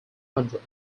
hundred